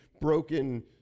broken